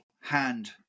hand